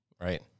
right